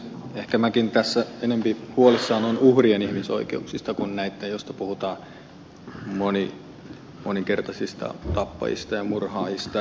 ehkä minäkin tässä enempi olen huolissani uhrien ihmisoikeuksista kuin näitten moninkertaisten tappajien ja murhaajien joista puhutaan